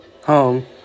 home